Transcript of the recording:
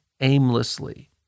aimlessly